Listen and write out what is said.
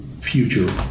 future